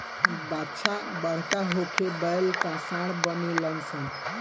बाछा बड़का होके बैल या सांड बनेलसन